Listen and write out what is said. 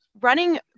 running